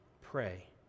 pray